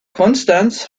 konstanz